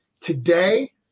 Today